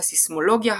הסייסמולוגיה,